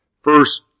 First